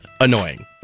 annoying